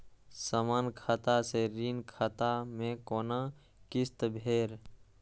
समान खाता से ऋण खाता मैं कोना किस्त भैर?